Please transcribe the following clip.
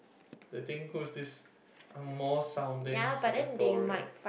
they think who's this angmoh sounding Singaporean